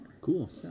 Cool